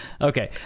Okay